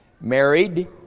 married